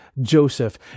Joseph